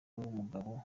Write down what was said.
w’umugabo